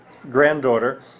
granddaughter